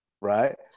Right